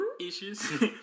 issues